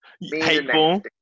hateful